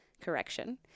correction